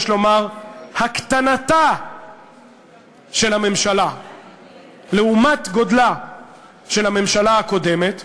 יש לומר הקטנתה של הממשלה לעומת גודלה של הממשלה הקודמת.